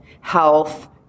health